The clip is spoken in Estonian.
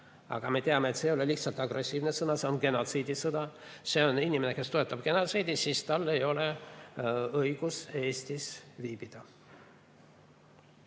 aga me teame, et see ei ole lihtsalt agressiivne sõda, see on genotsiidisõda ja see on inimene, kes toetab genotsiidi –, siis tal ei ole õigust Eestis viibida.